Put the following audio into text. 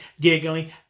giggling